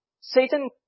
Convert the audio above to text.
Satan